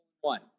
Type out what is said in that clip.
one